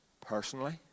Personally